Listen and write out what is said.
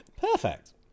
Perfect